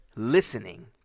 Listening